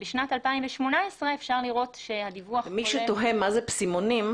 בשנת 2018 אפשר לראות שהדיווח כולל --- אם מישהו תוהה מה זה פסמונים,